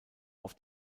auf